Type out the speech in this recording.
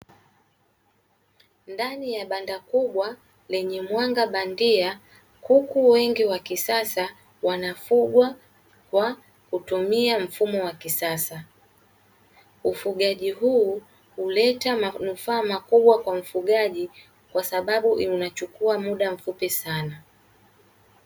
Ndani ya banda kubwa lenye mwanga bandia, kuku wengi wa kisasa wanafugwa kwa kutumia mfumo wa kisasa. Ufugaji huu huleta manufaa makubwa kwa mfugaji kwa sababu inachukua muda mfupi sana.